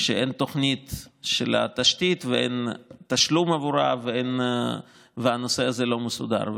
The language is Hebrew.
שאין בו תוכנית של התשתית ואין תשלום עבורה והנושא הזה לא מסודר.